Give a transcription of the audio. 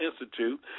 Institute